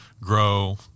grow